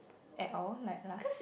at all like last